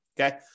okay